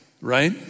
right